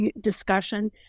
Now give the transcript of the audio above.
discussion